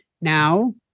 now